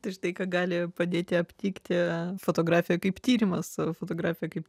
tai štai ką gali padėti aptikti fotografija kaip tyrimas fotografija kaip